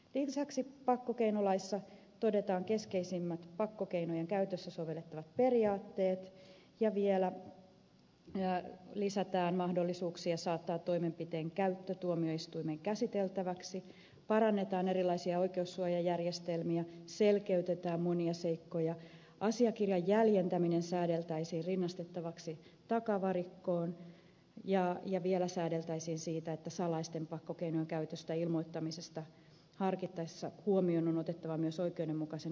lisäksi pakkokeinolaissa todetaan keskeisimmät pakkokeinojen käytössä sovellettavat periaatteet ja vielä lisätään mahdollisuuksia saattaa toimenpiteen käyttö tuomioistuimen käsiteltäväksi parannetaan erilaisia oikeussuojajärjestelmiä selkeytetään monia seikkoja asiakirjan jäljentäminen säädeltäisiin rinnastettavaksi takavarikkoon ja vielä säädeltäisiin siitä että salaisten pakkokeinojen käytöstä ilmoittamista harkittaessa huomioon on otettava myös oikeudenmukaisen oikeudenkäynnin vaatimukset